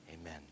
Amen